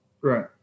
Right